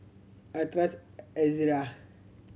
I trust Ezerra